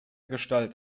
gestalt